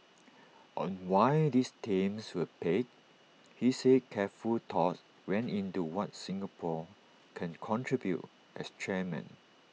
on why these themes were picked he said careful thought went into what Singapore can contribute as chairman